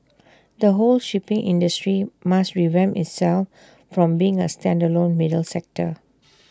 the whole shipping industry must revamp itself from being A standalone middle sector